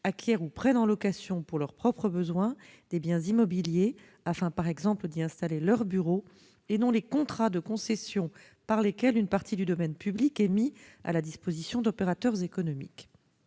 acquièrent ou prennent en location pour leurs propres besoins des biens immobiliers, afin, par exemple, d'y installer leurs bureaux, et non les contrats de concession par lesquels une partie du domaine public est mise à la disposition d'opérateurs économiques.